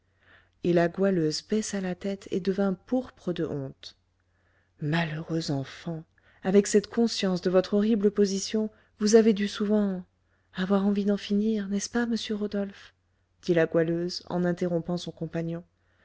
et la goualeuse baissa la tête et devint pourpre de honte malheureuse enfant avec cette conscience de votre horrible position vous avez dû souvent avoir envie d'en finir n'est-ce pas monsieur rodolphe dit la goualeuse en interrompant son compagnon